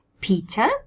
Peter